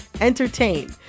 entertain